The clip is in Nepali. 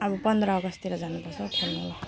अब पन्ध्र अगस्टतिर जानुपर्छ हौ खेल्नुलाई